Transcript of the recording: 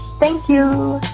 thank you